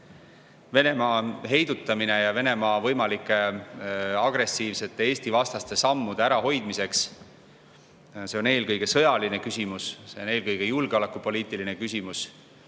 Venemaa heidutamine ja Venemaa võimalike agressiivsete Eesti-vastaste sammude ärahoidmine on eelkõige sõjaline küsimus, see on eelkõige julgeolekupoliitiline küsimus.